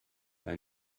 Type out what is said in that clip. they